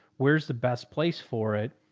where's the best place for it?